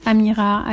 Amira